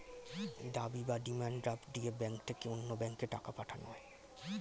দাবি বা demand draft দিয়ে ব্যাংক থেকে অন্য ব্যাংকে টাকা পাঠানো হয়